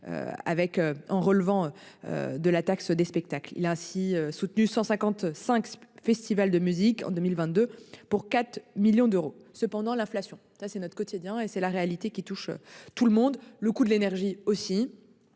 en relevant. De la taxe des spectacles. Il a ainsi soutenu 155. Festival de musique en 2022 pour 4 millions d'euros. Cependant l'inflation. Ça, c'est notre quotidien et c'est la réalité qui touche tout le monde. Le coût de l'énergie aussi.